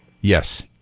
Yes